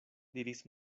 diris